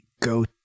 Go